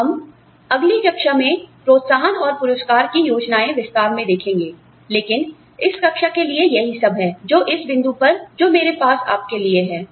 अब हम अगली कक्षा में प्रोत्साहन और पुरस्कार की योजनाएं विस्तार में देखेंगे लेकिन इस कक्षा के लिए यही सब है जो इस बिंदु पर जो मेरे पास आपके लिए है